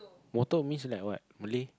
motor means like what Malay